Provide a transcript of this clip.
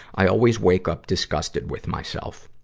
i always wake up disgusted with myself.